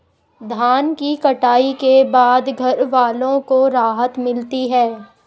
धान की कटाई के बाद घरवालों को राहत मिलती है